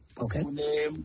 Okay